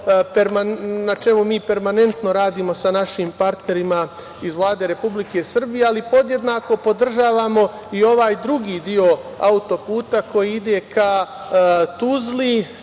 na čemu mi permanentno radimo sa našim partnerima iz Vlade Republike Srbije, ali podjednako podržavamo i ovaj drugi deo autoputa koji ide ka Tuzli,